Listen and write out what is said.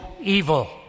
evil